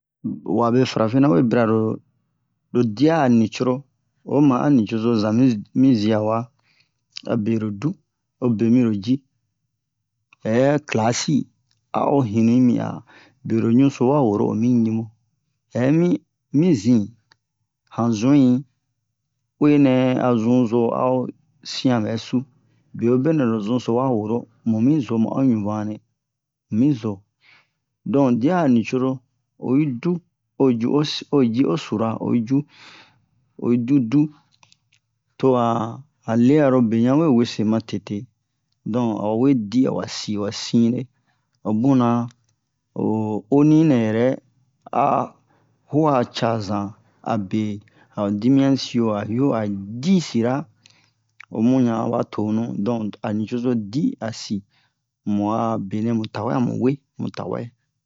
wabe farafina we biralo lo dia'a nicero oma'a nicozo zan mi ziawa abe lodu obe miro ji hɛ classe si a'o hinu'i mi'a bero ɲuso wa woro omi ɲimu hɛmi mi zin han zui uwenɛ a zuzo a'o sianbɛ su beobenɛ lo suso wa woro mumi zoma'o ɲuvane mumi zo don dia'a nicoro oyi du oji'oci oji'o sura oyi ju oyi judu tohan han learobe yanwe wese ma tete don awawe di awa si wasine obuna o oninɛ yɛrɛ a hua ca zan abe aba dimiyan sio a yio adi sira omuyan aba tonu don a nicozo di asi mu'a benɛ mu tawe amuwe mu tawɛ